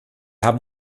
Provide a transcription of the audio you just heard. haben